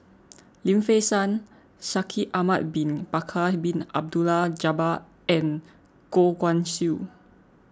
Lim Fei Shen Shaikh Ahmad Bin Bakar Bin Abdullah Jabbar and Goh Guan Siew